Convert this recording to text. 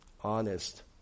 Honest